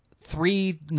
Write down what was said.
three